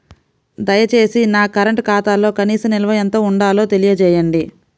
దయచేసి నా కరెంటు ఖాతాలో కనీస నిల్వ ఎంత ఉండాలో తెలియజేయండి